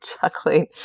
chuckling